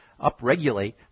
upregulate